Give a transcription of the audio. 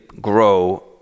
grow